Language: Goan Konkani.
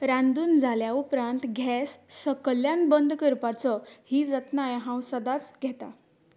रांदून जाल्या उपरांत गेस सकयल्यान बंद करपाचो ही जतनाय हांव सदांच घेतां